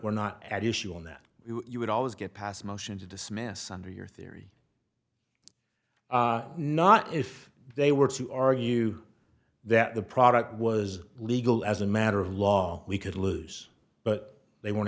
we're not at issue on that you would always get passed motion to dismiss under your theory not if they were to argue that the product was legal as a matter of law we could lose but they w